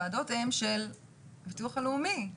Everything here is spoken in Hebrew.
הוועדות הן של ביטוח לאומי.